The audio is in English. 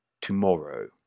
tomorrow